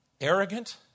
arrogant